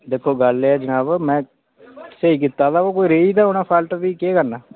दिक्खो गल्ल एह् ऐ जनाब में स्हेई कीता बा ओह् कोई रेही दा होना फाल्ट भी केह् करना